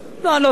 לא, אני לא צודק?